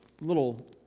little